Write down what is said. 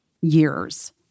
years